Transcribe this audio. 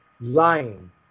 lying